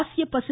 ஆசிய பசி